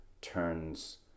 turns